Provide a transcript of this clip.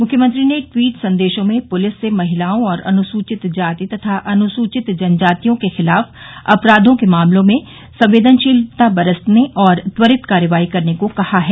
मुख्यमंत्री ने टवीट संदेशों में पुलिस से महिलाओं और अनुसूचित जाति तथा अनुसूचित जनजातियों के खिलाफ अपराधों के मामलों में संवेदनशीलता बरतने और त्वरित कार्रवाई करने को कहा है